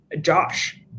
Josh